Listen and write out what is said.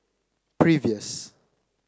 previous